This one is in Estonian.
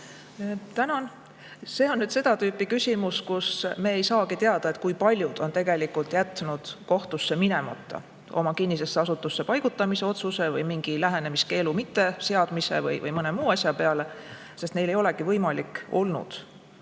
Tänan. See on nüüd seda tüüpi küsimus, mille puhul me ei saagi teada, kui paljud on tegelikult jätnud kohtusse minemata oma kinnisesse asutusse paigutamise otsuse või mingi lähenemiskeelu mitteseadmise või mõne muu asja peale, sest neil inimestel ei olegi võimalik olnud